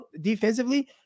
defensively